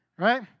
Right